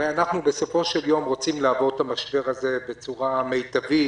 הרי אנחנו בסופו של יום רוצים לעבור את המשבר הזה בצורה מיטבית